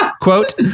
Quote